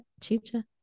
Chicha